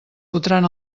fotran